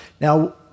Now